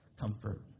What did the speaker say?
comfort